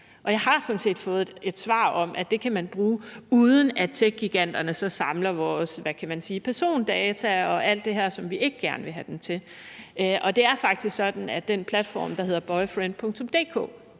set fået et svar om, at det kan man bruge, uden at techgiganterne så samler vores, hvad kan man sige, persondata og alt det her, som vi ikke gerne vil have dem til. Det er faktisk sådan, at den platform, der hedder boyfriend.dk,